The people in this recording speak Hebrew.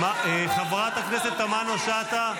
חברת הכנסת תמנו שטה,